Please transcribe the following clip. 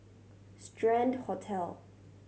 Strand Hotel